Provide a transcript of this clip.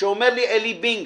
כשאומר לי עלי בינג,